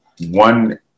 One